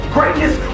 Greatness